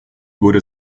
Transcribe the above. wurde